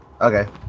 Okay